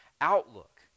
outlook